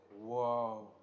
wow